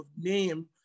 name